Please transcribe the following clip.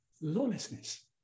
lawlessness